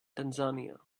tanzania